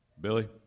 Billy